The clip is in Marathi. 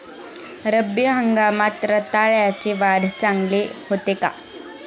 रब्बी हंगामात रताळ्याची वाढ चांगली होते का?